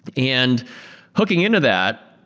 and hooking into that,